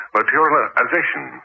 materialization